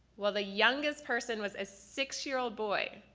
well the youngest person was a six-year-old boy,